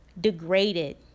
Degraded